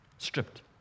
Stripped